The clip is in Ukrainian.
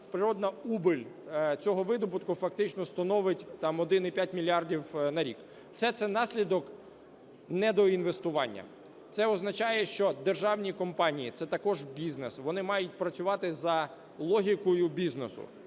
природна убыль цього видобутку фактично становить 1,5 мільярда на рік. Все це – наслідок недоінвестування. Це означає, що державні компанії – це також бізнес, вони мають працювати за логікою бізнесу.